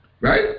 Right